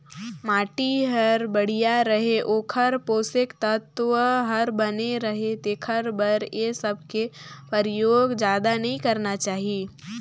माटी हर बड़िया रहें, ओखर पोसक तत्व हर बने रहे तेखर बर ए सबके परयोग जादा नई करना चाही